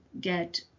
get